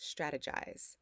strategize